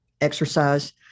exercise